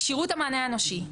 כשירות המענה האנושי.